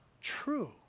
true